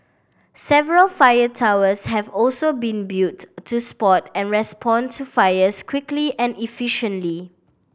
several fire towers have also been built to spot and respond to fires quickly and efficiently